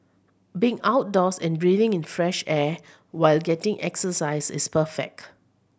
being outdoors and breathing in fresh air while getting exercise is perfect